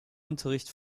unterricht